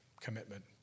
commitment